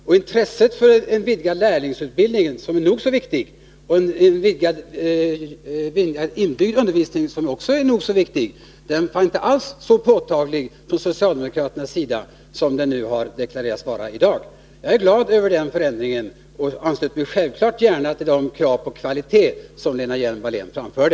Och intresset för en vidgad lärlingsutbildning, som är nog så viktig, och för en vidgad inbyggd utbildning, som också är nog så viktig, var då inte alls så påtagligt från socialdemokratisk sida som det har deklarerats vara i dag. Jag är glad över den förändringen och ansluter mig självfallet gärna till de krav på kvalitet som Lena Hjelm-Wallén framförde.